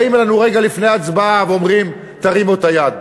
באים אלינו רגע לפני הצבעה ואומרים: תרימו את היד.